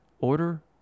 Order